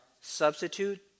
substitute